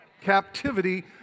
Captivity